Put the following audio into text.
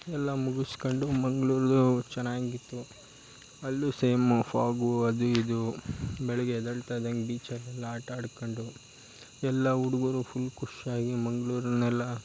ಎಲ್ಲ ಮುಗಿಸ್ಕೊಂಡು ಮಂಗಳೂರು ಚೆನ್ನಾಗಿತ್ತು ಅಲ್ಲೂ ಸೇಮು ಫಾಗು ಅದು ಇದು ಬೆಳಗ್ಗೆ ಎದ್ದೆಳ್ತಾ ಇದ್ದಂತೆ ಬೀಚಲ್ಲೆಲ್ಲ ಆಟ ಆಡ್ಕೊಂಡು ಎಲ್ಲ ಹುಡುಗ್ರು ಫುಲ್ ಖುಷ್ಯಾಗಿ ಮಂಗಳೂರನ್ನೆಲ್ಲಾ